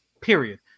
period